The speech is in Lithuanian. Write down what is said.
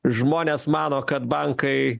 žmonės mano kad bankai